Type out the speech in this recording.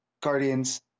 Guardians